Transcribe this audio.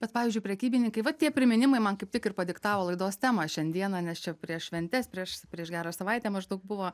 bet pavyzdžiui prekybininkai va tie priminimai man kaip tik ir padiktavo laidos temą šiandieną nes čia prieš šventes prieš prieš gerą savaitę maždaug buvo